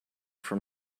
from